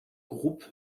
groupe